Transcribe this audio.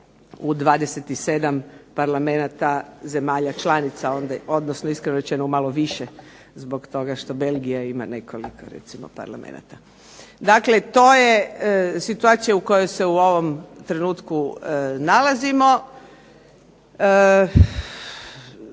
u 27 parlamenata zemalja članica, odnosno iskreno rečeno malo više zbog toga što Belgija ima nekoliko recimo parlamenata. Dakle, to je situacija u kojoj se u ovom trenutku nalazimo.